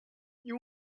you